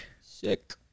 Sick